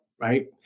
right